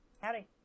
Howdy